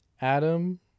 Adam